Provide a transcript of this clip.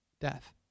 death